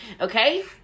Okay